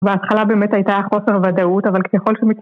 בהתחלה באמת הייתה חוסר ודאות, אבל ככל שמקבלים...